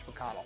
McConnell